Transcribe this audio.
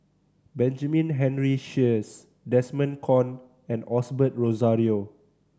Benjamin Henry Sheares Desmond Kon and Osbert Rozario